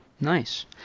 Nice